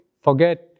Forget